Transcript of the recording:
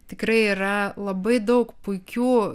tikrai yra labai daug puikių